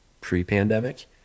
pre-pandemic